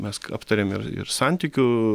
mes aptarėm ir ir santykių